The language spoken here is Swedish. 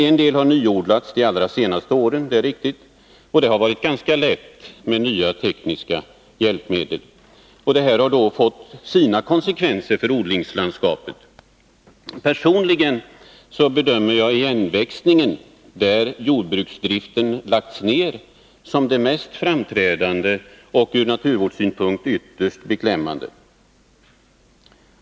En del har nyodlats de allra senaste åren — det är riktigt — och det har varit ganska lätt med nya tekniska hjälpmedel. Detta har givetvis fått konsekvenser för odlingslandskapen. Personligen bedömer jag igenväxandet, områden där jordbruksdriften lagts ner, som allvarligast och ur naturvårdssynpunkt ytterst beklämmande.